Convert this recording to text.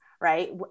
right